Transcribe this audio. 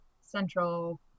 central